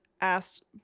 asked